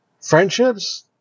Friendships